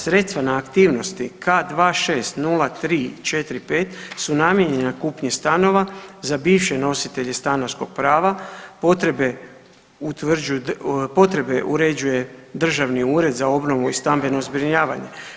Sredstva na aktivnosti K260345 su namijenjena kupnji stanova za bivše nositelje stanarskog prava, potrebe uređuje Državni ured za obnovu i stambeno zbrinjavanje.